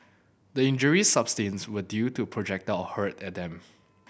the injuries sustained were due to projectile hurled at them